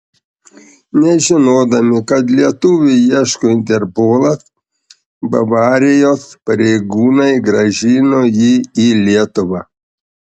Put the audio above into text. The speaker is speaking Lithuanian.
nežinodami kad lietuvio ieško interpolas bavarijos pareigūnai grąžino jį į lietuvą